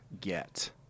get